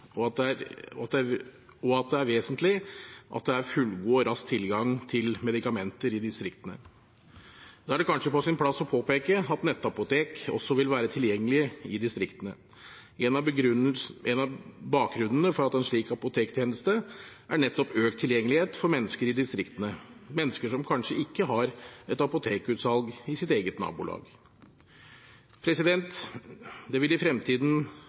og at det er vesentlig at det er fullgod og rask tilgang til medikamenter i distriktene. Da er det kanskje på sin plass å påpeke at nettapotek også vil være tilgjengelige i distriktene. En av bakgrunnene for en slik apotektjeneste er nettopp økt tilgjengelighet for mennesker i distriktene, mennesker som kanskje ikke har et apotekutsalg i sitt eget nabolag. Det vil i fremtiden